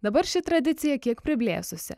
dabar ši tradicija kiek priblėsusi